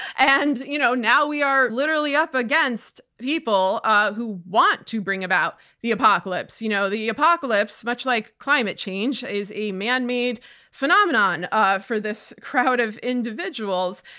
and you know now, we are literally up against people who want to bring about the apocalypse. you know the apocalypse, much like climate change, is a man-made phenomenon ah for this crowd of individuals.